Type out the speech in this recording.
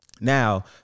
Now